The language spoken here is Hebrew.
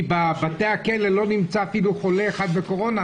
כי בבתי הכלא לא נמצא אפילו חולה אחד בקורונה.